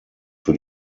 für